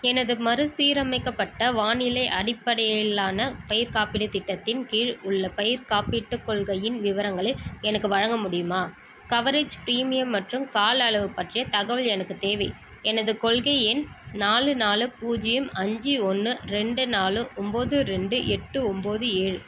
எனது மறுசீரமைக்கப்பட்ட வானிலை அடிப்படையிலான பயிர் காப்பீடுத் திட்டத்தின் கீழ் உள்ள பயிர்க் காப்பீட்டுக் கொள்கையின் விவரங்களை எனக்கு வழங்க முடியுமா கவரேஜ் ப்ரீமியம் மற்றும் கால அளவு பற்றிய தகவல் எனக்குத் தேவை எனது கொள்கை எண் நாலு நாலு பூஜ்யம் அஞ்சு ஒன்று ரெண்டு நாலு ஒம்பது ரெண்டு எட்டு ஒம்பது ஏழு